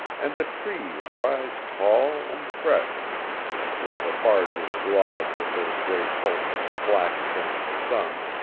and the trees rise tall and fresh where the barges glide with their great hulks black against the sun,